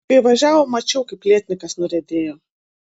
kai važiavom mačiau kaip lietnykas nuriedėjo